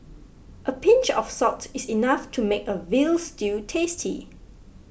a pinch of salt is enough to make a Veal Stew tasty